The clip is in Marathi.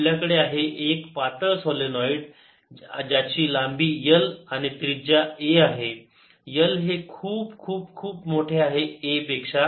आपल्याकडे आहे एक पातळ सोलेनोईड आहे याची लांबी L आणि त्रिज्या a आहे L हे खूप खूप खूप मोठे आहे a पेक्षा